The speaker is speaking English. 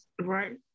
Right